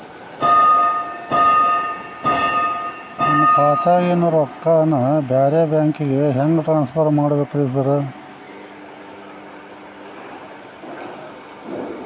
ನನ್ನ ಖಾತ್ಯಾಗಿನ ರೊಕ್ಕಾನ ಬ್ಯಾರೆ ಬ್ಯಾಂಕಿನ ಖಾತೆಗೆ ಹೆಂಗ್ ಟ್ರಾನ್ಸ್ ಪರ್ ಮಾಡ್ಬೇಕ್ರಿ ಸಾರ್?